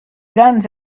guns